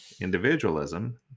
individualism